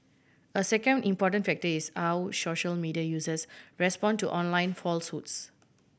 a second important factor is how social media users respond to online falsehoods